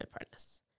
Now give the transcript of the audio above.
apprentice